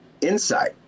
insight